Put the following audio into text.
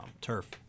turf